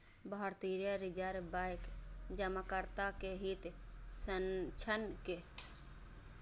भारतीय reserve bank जमाकर्ता के हित संरक्षण के लिए बेहतर कदम उठेलकै